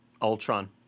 Ultron